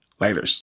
Laters